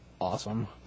Awesome